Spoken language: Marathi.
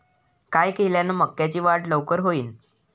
काय केल्यान मक्याची वाढ लवकर होईन?